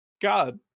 God